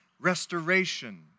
restoration